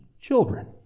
children